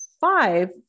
five